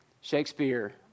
Shakespeare